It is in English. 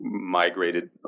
migrated